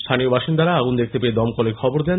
স্থানীয় বাসিন্দারা আগুন দেখতে পেয়ে দমকলে খবর দেন